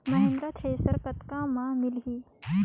Mahindra thresher कतका म मिलही?